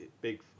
big